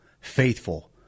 faithful